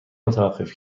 متوقف